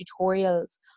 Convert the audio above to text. tutorials